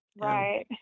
Right